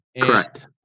correct